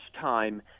time